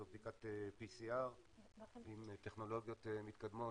זו בדיקת PCR עם טכנולוגיות מתקדמות